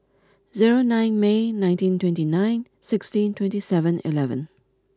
zero nine May nineteen twenty nine sixteen twenty seven eleven